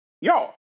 y'all